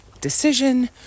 decision